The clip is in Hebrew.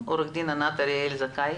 עורכת-דין ענת אריאל-זכאי